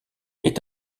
est